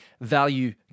value